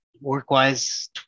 work-wise